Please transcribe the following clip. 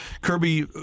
Kirby